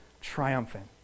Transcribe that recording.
triumphant